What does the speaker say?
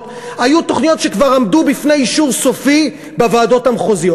היו תוכניות שכבר עמדו בפני אישור סופי בוועדות המחוזיות.